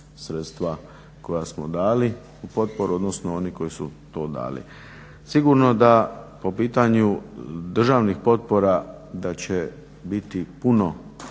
sredstva koja smo dali, potporu, odnosno oni koji su to dali. Sigurno da po pitanju državnih potpora da će biti puno